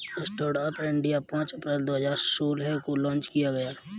stand up India पांच अप्रैल दो हजार सोलह को लॉन्च किया गया